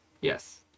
Yes